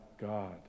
God